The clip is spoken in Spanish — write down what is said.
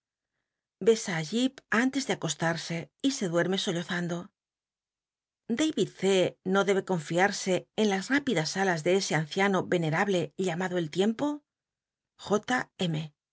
besa i jip anlcs de acostat se y se duerme sollozando da y no debe confiarse en las ipidas alas de ese anciano venerable llmnado el tiempo